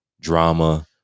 drama